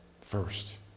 first